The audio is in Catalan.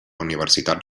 universitat